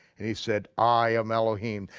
and he said i am elohim,